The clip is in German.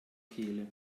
kehle